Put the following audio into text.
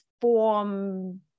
form